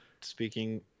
speaking